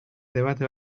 debate